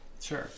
Sure